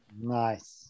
nice